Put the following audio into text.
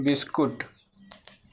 biscuit